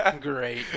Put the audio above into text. great